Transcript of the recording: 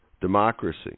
democracy